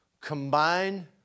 combine